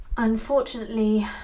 Unfortunately